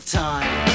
time